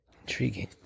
Intriguing